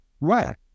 right